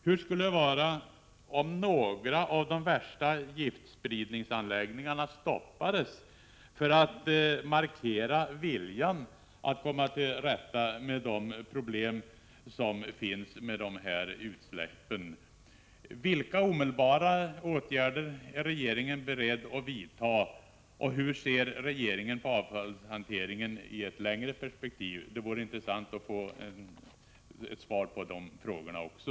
Hur skulle det vara om några av de värsta giftspridningsanläggningarna stoppades för att markera viljan att komma till rätta med de problem som finns när det gäller de här utsläppen? Vilka omedelbara åtgärder är regeringen beredd att vidta, och hur ser regeringen på avfallshanteringen i ett längre perspektiv? Det vore intressant att få svar på de frågorna också.